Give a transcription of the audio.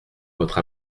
votre